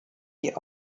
die